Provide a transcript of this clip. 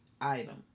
item